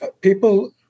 people